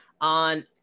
On